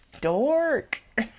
dork